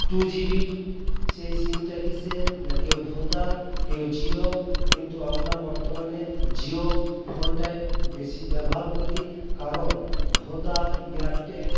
two GB সেই সিমটা কীসের না কেউ ভোদা কেউ জিও কিন্তু আমরা বর্তমানে জিও ফোনটাই বেশি ব্যবহার করি কারণ ভোদা ইয়ারটেল